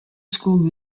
school